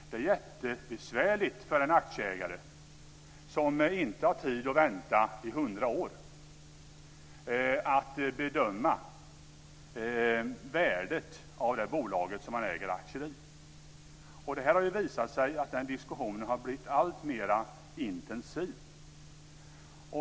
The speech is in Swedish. Det är jättebesvärligt för en aktieägare som inte har tid att vänta i hundra år att bedöma värdet av det bolag som man äger aktier i. Det har visat sig att den diskussionen har blivit alltmer intensiv.